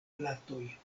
platoj